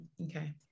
Okay